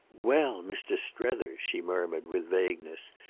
well, mr. strether! she murmured with vagueness,